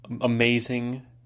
amazing